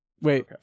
Wait